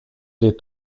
les